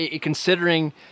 considering